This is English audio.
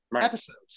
episodes